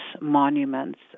monuments